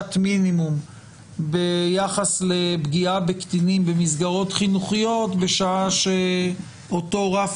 ענישת מינימום ביחס לפגיעה בקטינים במסגרות חינוכיות בשעה שאותו רף